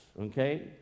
okay